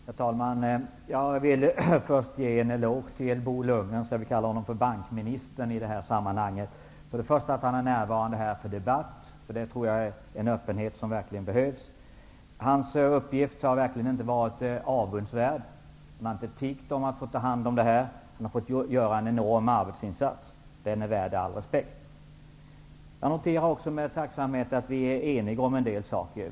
Herr talman! Jag vill först ge en eloge till Bo Lundgren -- vi kan kalla honom för bankministern -- för att han först och främst är närvarande i den här debatten. Det visar på en öppenhet som verkligen behövs. Hans uppgift har verkligen inte varit avundsvärd. Han har inte tiggt om att få ta hand om dessa frågor, och han gör en enorm arbetsinsats som är värd all respekt. Jag noterar också med tacksamhet att vi är eniga om en del saker.